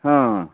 हँ